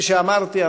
כפי שאמרתי,